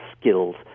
skills